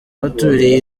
baturiye